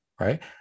Right